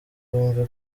bumve